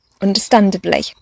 understandably